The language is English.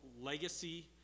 legacy